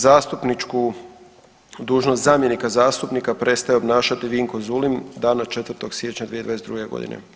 Zastupničku dužnost zamjenika zastupnika prestaje obnašati Vinko Zulim dana 4. siječnja 2022. godine.